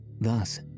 Thus